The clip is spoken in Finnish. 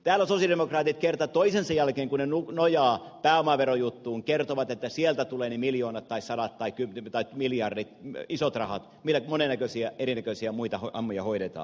täällä sosialidemokraatit kerta toisensa jälkeen kun he nojaavat pääomaverojuttuun kertovat että sieltä tulevat ne miljoonat sadat miljoonat tai miljardit isot rahat millä monennäköisiä erinäköisiä muita hommia hoidetaan